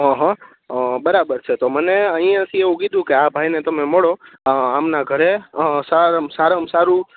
અહં બરાબર છે તો મને અહીંયાથી એવું કીધું કે આ ભાઈને તમે મળો આમનાં ઘરે સારામાં સારું